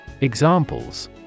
Examples